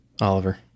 Oliver